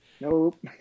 nope